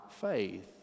faith